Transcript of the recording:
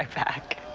like back